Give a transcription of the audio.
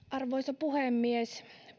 arvoisa puhemies